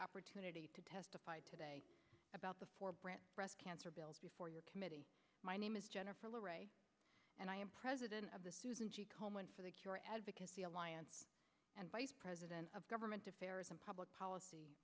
opportunity to testified today about the four brand breast cancer bills before your committee my name is jennifer and i am president of the susan g komen for the cure advocacy alliance and vice president of government affairs and public policy